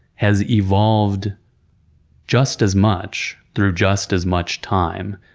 has evolved just as much through just as much time.